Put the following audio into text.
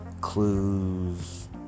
clues